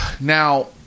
Now